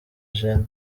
jeanne